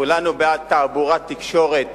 כולנו בעד תעבורת תקשורת